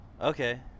Okay